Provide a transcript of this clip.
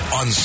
on